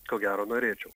ko gero norėčiau